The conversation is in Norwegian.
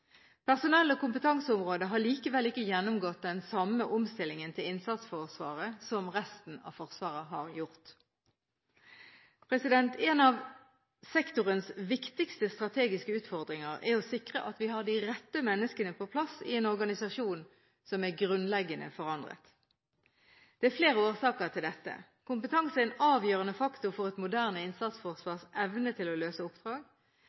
Personell- og kompetanseområdet har likevel ikke gjennomgått den samme omstillingen til innsatsforsvaret som resten av Forsvaret har gjort. En av sektorens viktigste strategiske utfordringer er å sikre at vi har de rette menneskene på rett plass i en organisasjon som er grunnleggende forandret. Det er flere årsaker til dette. Kompetanse er en avgjørende faktor for et moderne innsatsforsvars evne til å løse oppdrag.